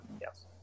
yes